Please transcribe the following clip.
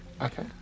Okay